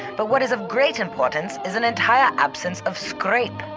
but what is of great importance is an entire absence of scrape.